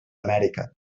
amèrica